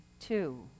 two